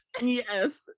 Yes